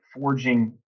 forging